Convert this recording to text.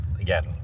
again